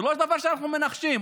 זה לא דבר שאנחנו מנחשים,